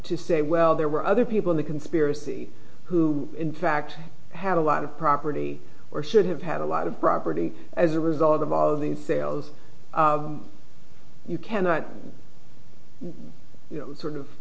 to say well there were other people in the conspiracy who in fact had a lot of property or should have had a lot of property as a result of all of these sales you cannot you know sort of